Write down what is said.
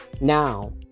now